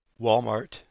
Walmart